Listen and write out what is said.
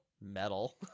metal